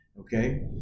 Okay